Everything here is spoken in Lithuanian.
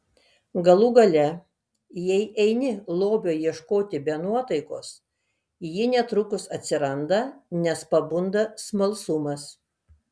galų gale jei eini lobio ieškoti be nuotaikos ji netrukus atsiranda nes pabunda smalsumas